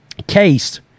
Case